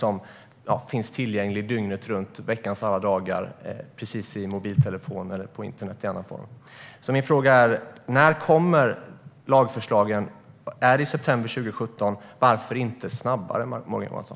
Detta finns tillgängligt dygnet runt, veckans alla dagar, i mobiltelefoner eller i annan form på internet. Mina frågor är: När kommer lagförslagen? Är det i september 2017? Varför inte snabbare, Morgan Johansson?